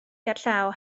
gerllaw